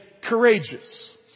courageous